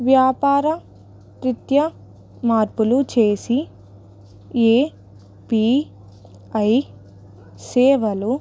వ్యాపార నృత్య మార్పులు చేసి ఏ పీ ఐ సేవలు